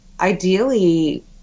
ideally